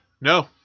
No